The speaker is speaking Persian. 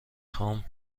خوام